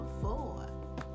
four